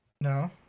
No